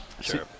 Sure